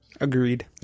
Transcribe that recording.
Agreed